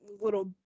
little